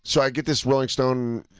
so i get this rolling stone,